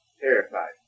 Terrified